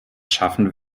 schaffen